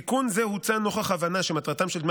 תיקון זה הוצע נוכח ההבנה שמטרתם של דמי